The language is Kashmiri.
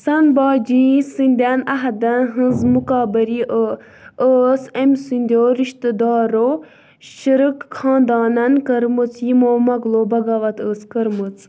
سنٛبھاجی سٕنٛدٮ۪ن عہدن ہٕنٛز مُکبٔری ٲس ٲس أمۍ سٕنٛدٮ۪و رِشتہٕ دارو شِرٕکۍ خانٛدانَن کٔرمٕژ یِمو مُغلو بغاوَت ٲس کٔرمٕژ